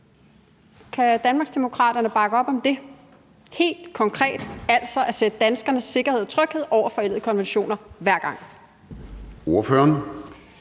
Kan Danmarksdemokraterne bakke op om helt konkret at sætte danskernes sikkerhed og tryghed over forældede konventioner hver gang?